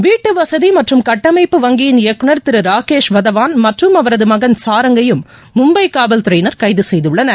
வீட்டுவசதி மற்றும் கட்டமைப்பு வங்கியின் இயக்குநர் ராகேஷ் வதவான் மற்றும் அவரது மகன் சாரங் கையும் மும்பை காவல்துறையினர் கைது செய்துள்ளனர்